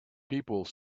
people